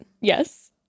yes